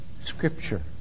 Scripture